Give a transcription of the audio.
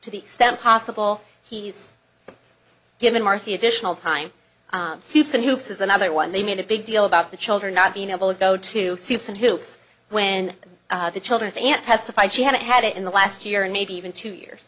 to the extent possible he's given marci additional time soups and hoops is another one they made a big deal about the children not being able to go to see some hoops when the children's aunt testified she hadn't had it in the last year and maybe even two years